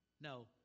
No